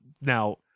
Now